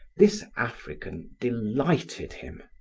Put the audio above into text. this african delighted him.